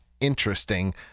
interesting